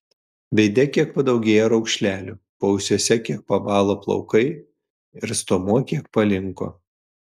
veide kiek padaugėjo raukšlelių paausiuose kiek pabalo plaukai ir stuomuo kiek palinko